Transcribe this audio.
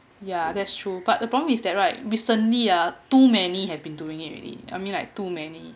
yeah that's true but the problem is that right recently ah too many have been doing it already I mean like too many